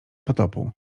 potopu